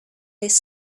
this